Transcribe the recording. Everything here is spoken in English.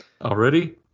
Already